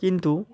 কিন্তু